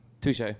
Touche